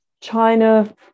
China